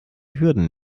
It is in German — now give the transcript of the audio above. hürden